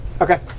okay